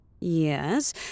Yes